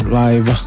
live